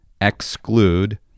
exclude